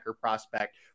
prospect